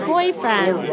Boyfriend